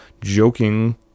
joking